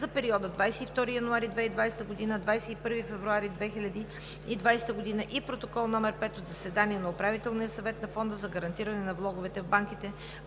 за периода 22 януари 2020 – 21 февруари 2020 г. и Протокол № 5 от заседание на Управителния съвет на Фонда за гарантиране на влоговете в банките,